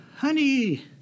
Honey